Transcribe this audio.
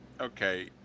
Okay